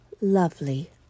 lovely